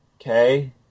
okay